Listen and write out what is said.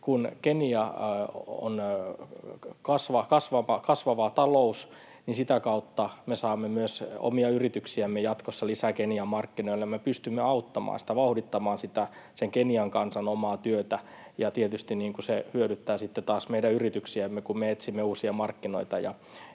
Kun Kenia on kasvava talous, niin sitä kautta me saamme myös omia yrityksiämme jatkossa lisää Kenian markkinoille. Me pystymme auttamaan sitä, vauhdittamaan sitä Kenian kansan omaa työtä. Ja tietysti se hyödyttää sitten taas meidän yrityksiämme, kun me etsimme uusia markkinoita